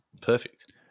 Perfect